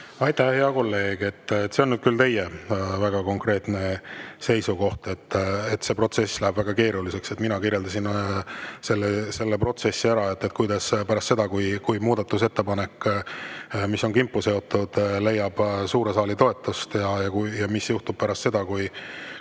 Aitäh, hea kolleeg! See on nüüd küll teie väga konkreetne seisukoht, et see protsess läheb väga keeruliseks. Mina kirjeldasin selle protsessi ära, mis juhtub pärast seda, kui muudatusettepanek, mis on kimpu seotud, leiab suure saali toetust ja komisjon konkreetse